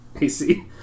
AC